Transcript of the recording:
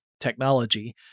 technology